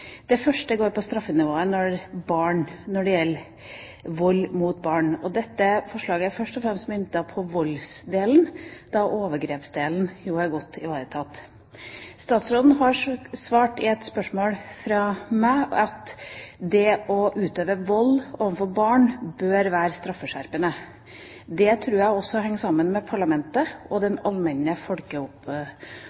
Det første forslaget går på straffenivået når det gjelder vold mot barn. Dette forslaget er først og fremst myntet på voldsdelen, da overgrepsdelen jo er godt ivaretatt. Statsråden har svart på et spørsmål fra meg at det å utøve vold mot barn bør være straffeskjerpende. Det tror jeg faller sammen med parlamentets syn og den